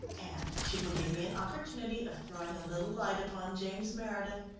and she will give me an opportunity of throwing a little light upon james meredith,